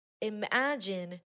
imagine